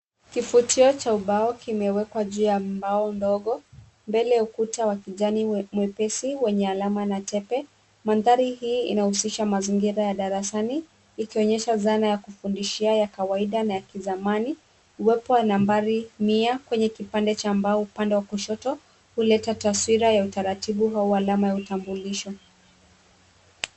Kifutio cha ubao kimewekwa juu ya mbao ndogo, mbele ya ukuta wa kijani mwepesi wenye alama na tepe, mandhari hii inahusisha mazingira ya darasani, ikionyesha zana ya kufundishia ya kawaida na ya kizamani, uwepo na nambari mia kwenye kipande cha mbao upande wa kushoto huleta taswira ya utaratibu au alama ya utambulisho.